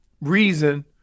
reason